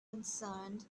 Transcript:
concerned